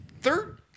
third